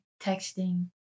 texting